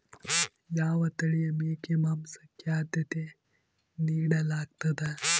ಯಾವ ತಳಿಯ ಮೇಕೆ ಮಾಂಸಕ್ಕೆ, ಆದ್ಯತೆ ನೇಡಲಾಗ್ತದ?